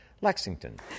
Lexington